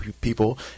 people